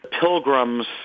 pilgrims